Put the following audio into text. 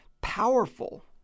powerful